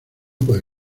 puede